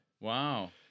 Wow